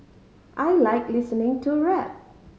I like listening to rap